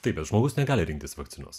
taip žmogus negali rinktis vakcinos